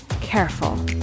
careful